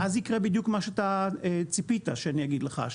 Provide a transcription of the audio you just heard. אז יקרה בדיוק מה שאתה ציפית שאני אגיד לך.